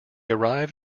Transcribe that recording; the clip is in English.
arrive